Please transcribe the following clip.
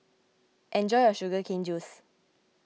enjoy your Sugar Cane Juice